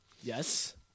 Yes